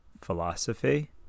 philosophy